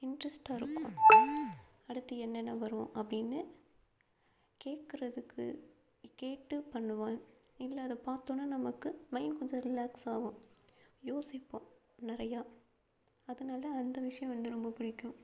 இண்ட்ரெஸ்ட்டாக இருக்கும் அடுத்து என்னென்ன வரும் அப்படின்னு கேக்கிறதுக்கு கேட்டு பண்ணுவேன் இல்லை அதை பாத்தோடனே நமக்கு மைண்ட் கொஞ்சம் ரிலாக்ஸ் ஆகும் யோசிப்போம் நிறையா அதனால் அந்த விஷயம் வந்து ரொம்ப பிடிக்கும்